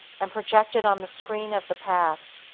and projected on the screen of the past.